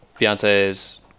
Beyonce's